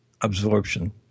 absorption